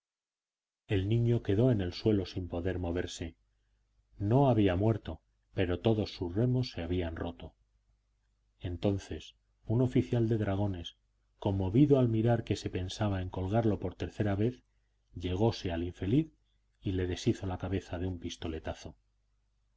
el niño quedó en el suelo sin poder moverse no había muerto pero todos sus remos se habían roto entonces un oficial de dragones conmovido al mirar que se pensaba en colgarlo por tercera vez llegóse al infeliz y le deshizo la cabeza de un pistoletazo